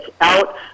out